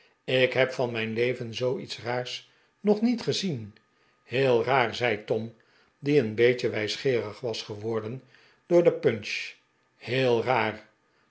ik heb van mijn leven zoo iets raars nog niet gezien heel raar zei tom die een beetje wijsgeerig was geworden door de punch heel raar